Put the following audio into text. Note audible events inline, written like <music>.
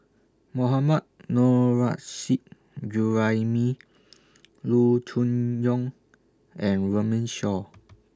Mohammad Nurrasyid Juraimi <noise> Loo Choon Yong and Runme Shaw <noise>